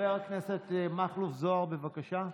חבר הכנסת מכלוף זוהר, בבקשה.